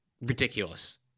ridiculous